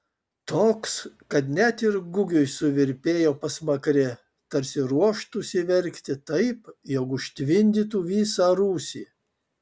toks kad net ir gugiui suvirpėjo pasmakrė tarsi ruoštųsi verkti taip jog užtvindytų visą rūsį